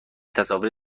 تصاویر